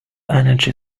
energy